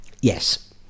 Yes